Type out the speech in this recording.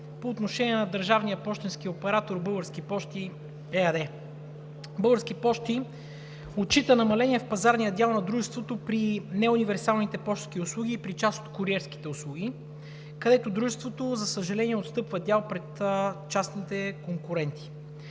по отношение на държавния пощенски оператор „Български пощи“ ЕАД. Български пощи отчита намаление в пазарния дял на дружеството при неуниверсалните пощенски услуги и при част от куриерските услуги, където дружеството, за съжаление, отстъпва дял пред частните конкуренти.